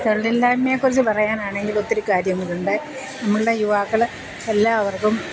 തൊഴിൽ ഇല്ലായിമയെ കുറിച്ചു പറയാനാണെങ്കിൽ ഒത്തിരി കാര്യങ്ങളുണ്ട് നമ്മളുടെ യുവാക്കൾ എല്ലാവർക്കും